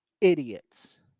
idiots